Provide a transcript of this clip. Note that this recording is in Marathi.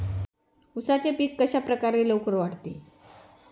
उसाचे पीक कशाप्रकारे लवकर वाढते?